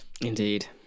indeed